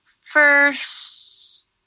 first